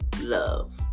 Love